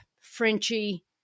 Frenchie